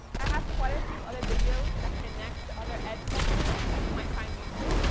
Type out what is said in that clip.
i have quite a few other videos that connect to other edtech tools that you might find useful,